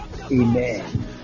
Amen